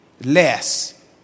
less